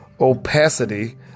opacity